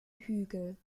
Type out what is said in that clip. hügel